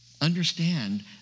Understand